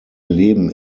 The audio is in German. erleben